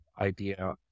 idea